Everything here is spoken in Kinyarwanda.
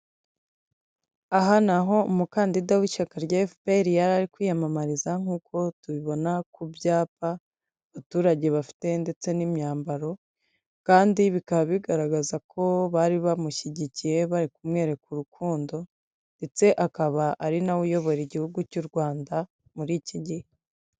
Aha ni aho umukandida w'ishyaka rya FPR yari ari kwiyamamariza nk'uko tubibona ku byapa, abaturage bafite ndetse n'imyambaro, kandi bikaba bigaragaza ko bari bamushyigikiye bari kumwereka urukundo, ndetse akaba ari nawe uyobora igihugu cy'u Rwanda muri iki gihe.